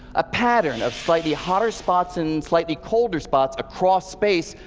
a pattern of slightly hotter spots and slightly colder spots, across space,